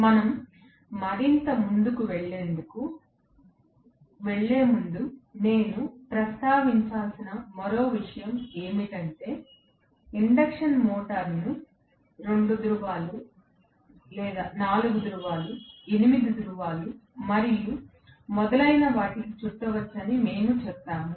మనం మరింత ముందుకు వెళ్ళేముందు నేను ప్రస్తావించాల్సిన మరో విషయం ఏమిటంటే ఇండక్షన్ మోటారును 2 ధ్రువాలు 4 ధ్రువాలు 8 ధ్రువాలు మరియు మొదలైన వాటికి చుట్టవచ్చని మేము చెప్పాము